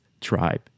tribe